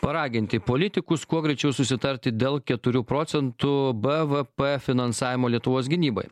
paraginti politikus kuo greičiau susitarti dėl keturių procentų bvp finansavimo lietuvos gynybai